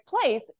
place